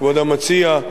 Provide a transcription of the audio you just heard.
כבוד המציע,